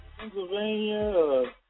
Pennsylvania